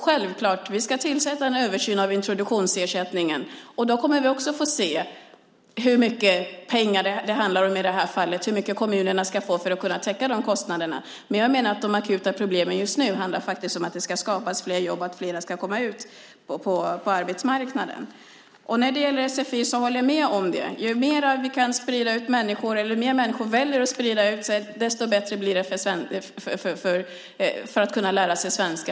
Självklart ska vi tillsätta en översyn av introduktionsersättningen. Då kommer vi också att få se hur mycket pengar det handlar om i det här fallet och hur mycket kommunerna ska få för att kunna täcka de kostnaderna. Jag menar att de akuta problemen just nu handlar om att det ska skapas fler jobb och att fler ska komma ut på arbetsmarknaden. Jag håller med om det som sades om sfi. Ju mer människor väljer att sprida ut sig, desto bättre blir det för deras möjligheter att kunna lära sig svenska.